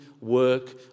work